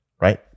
Right